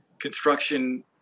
construction